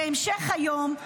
בהמשך היום,